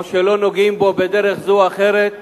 או שלא נוגעים בו בדרך זו או אחרת.